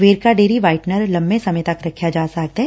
Verka dairy whitener ਲੰਮੇ ਸਮੇਂ ਤੱਕ ਰਖਿਆ ਜਾ ਸਕਦੈ